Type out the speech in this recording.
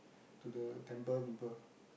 to the temple people